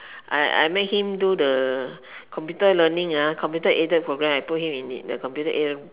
I I make him do the computer learning ah computer aided program i put him in the computer aided